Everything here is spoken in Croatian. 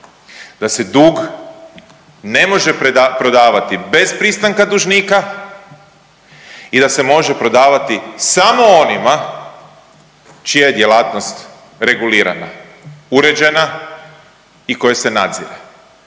Da se dug ne može prodavati bez pristanka dužnika i da se može prodavati samo onima čija je djelatnost regulirana, uređena i koje se nadzire